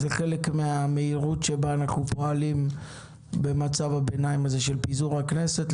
זה חלק מהמהירות שבה אנחנו פועלים במצב הביניים הזה של פיזור הכנסת,